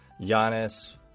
Giannis